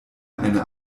eine